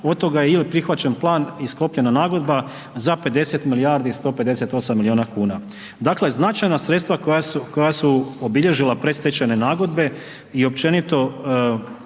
od toga je ili prihvaćen plan i sklopljena nagodba za 50 milijardi i 158 milijuna kuna, dakle značajna sredstva koja su obilježila predstečajne nagodbe i općenito